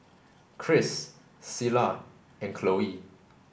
Cris Cilla and Cloe